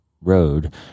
Road